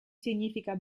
significa